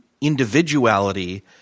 individuality